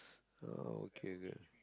oh okay great